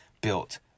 built